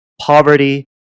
poverty